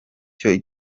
cyo